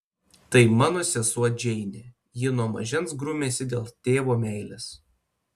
tai mano sesuo džeinė ji nuo mažens grumiasi dėl tėvo meilės